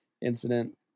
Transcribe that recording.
Incident